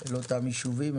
לאותם יישובים,